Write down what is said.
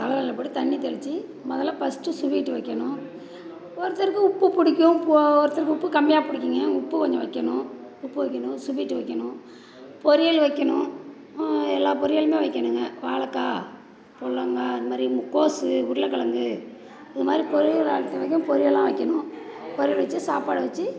தல இலை போட்டு தண்ணி தெளித்து முதல்ல பஸ்ட்டு ஸ்வீட் வைக்கணும் ஒருத்தருக்கு உப்பு புடிக்கும் போ ஒருத்தருக்கு உப்பு கம்மியாக பிடிக்குங்க உப்பு கொஞ்ச வைக்கணும் உப்பு வைக்கணும் ஸ்வீட் வைக்கணும் பொரியல் வைக்கணும் எல்லா பொரியலுமே வைக்கணுங்க வாழக்காய் புட்லங்கா அந்தமாதிரி கோஸு உருளக்கிழங்கு இதுமாதிரி பொரியல் பொரியல்லாம் வைக்கணும் பொரியல் வச்சு சாப்பாடு வச்சு